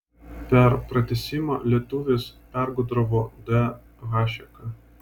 per pratęsimą lietuvis pergudravo d hašeką